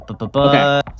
Okay